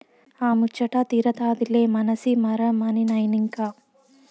ఆ ముచ్చటా తీరతాదిలే మనసి మరమనినైనంక